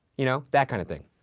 you know, that kind of thing.